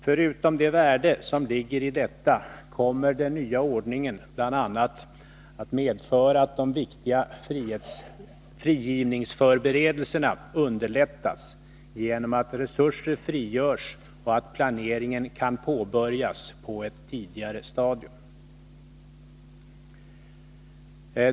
Förutom det värde som ligger i detta kommer den nya ordningen bl.a. att medföra att de viktiga frigivningsförberedelserna underlättas genom att resurser frigörs och planeringen kan påbörjas på ett tidigare stadium.